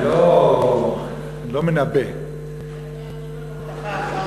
יש לנו פסוק בסיסי שאומר: דע את אלוקי אביך ועובדהו.